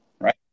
right